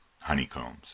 honeycombs